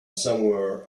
somewhere